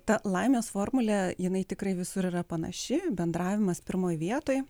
ta laimės formulė jinai tikrai visur yra panaši bendravimas pirmoj vietoj